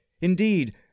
Indeed